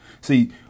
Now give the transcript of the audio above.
See